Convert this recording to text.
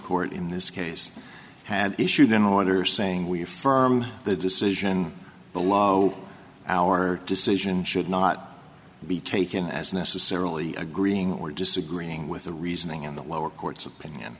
court in this case had issued an order saying we affirm the decision below our decision should not be taken as necessarily agreeing or disagreeing with the reasoning in the lower court's opinion